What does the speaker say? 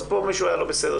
אז פה מישהו היה לא בסדר,